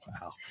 wow